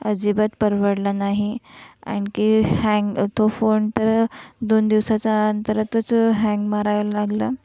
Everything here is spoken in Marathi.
अजिबात परवडला नाही आणखी हँग तो फोन तर दोन दिवसाचा अंतरातच हँग मारायला लागला